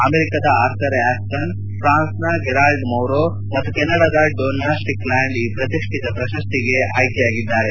ಅಮೆರಿಕದ Arthur Ashkin ಪ್ರಾನ್ಸ್ನ Gerard Mourou ಮತ್ತು ಕೆನಡಾದ ಡೋನ್ನಾ ಸ್ಟಿಕ್ಲ್ಯಾಂಡ್ ಈ ಪ್ರತಿಷ್ಠಿತ ಪ್ರಶಸ್ತಿಗೆ ಜಂಟಿಯಾಗಿ ಅಯ್ನೆಯಾಗಿದ್ದಾರೆ